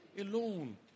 alone